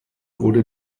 wurde